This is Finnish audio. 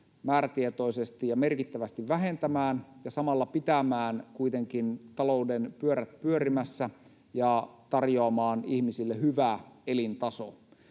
määrätietoisesti ja merkittävästi vähentämään ja samalla pitämään kuitenkin talouden pyörät pyörimässä ja tarjoamaan ihmisille hyvä elintaso.